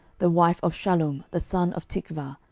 the wife of shallum the son of tikvah,